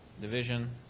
Division